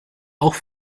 auch